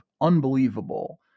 unbelievable